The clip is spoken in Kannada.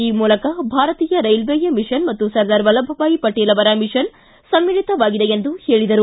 ಈ ಮೂಲಕ ಭಾರತೀಯ ರೈಲ್ವೇಯ ಮಿಷನ್ ಮತ್ತು ಸರ್ದಾರ್ ವಲ್ಲಭಭಾಯ್ ಪಟೇಲ್ ಅವರ ಮಿಷನ್ ಸಮ್ನಿಳಿತವಾಗಿದೆ ಎಂದು ಹೇಳಿದರು